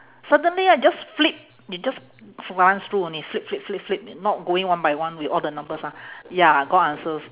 suddenly I just flip you just glance through only flip flip flip flip not going one by one with all the numbers ah ya god answers